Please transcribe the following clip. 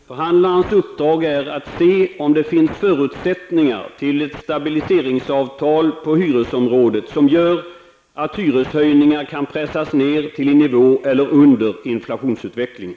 Herr talman! Förhandlarens uppdrag är att se om det finns förutsättningar för ett stabiliseringsavtal på hyresområdet som gör att hyreshöjningar kan pressas ned i nivå med eller under inflationsutvecklingen.